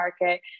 market